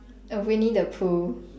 err winnie the pooh